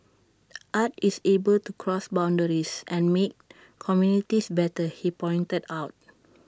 art is able to cross boundaries and make communities better he pointed out